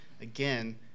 again